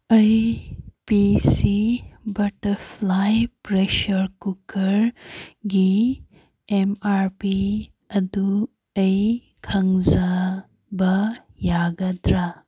ꯑꯩ P C butterfly pressure ꯀꯨꯀꯔꯒꯤ M R P ꯑꯗꯨ ꯑꯩ ꯈꯪꯖꯕ ꯌꯥꯒꯗ꯭ꯔ